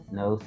no